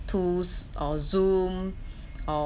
tools or zoom or